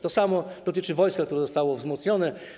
To samo dotyczy wojska, które zostało wzmocnione.